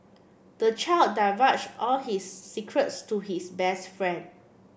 the child divulged all his secrets to his best friend